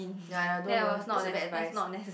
ya ya don't don't that's a bad advice